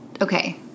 okay